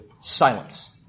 silence